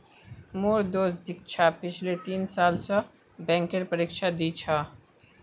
मोर दोस्त दीक्षा पिछले तीन साल स बैंकेर परीक्षा दी छ